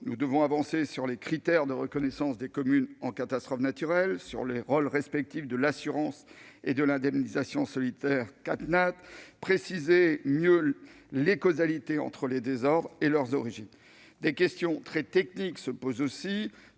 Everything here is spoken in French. Nous devons avancer sur les critères de reconnaissance des communes en catastrophe naturelle et sur les rôles respectifs de l'assurance et de l'indemnisation solidaire CatNat, ainsi que préciser mieux les causalités entre les désordres et leurs origines. Des questions très techniques se posent aussi,